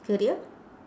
career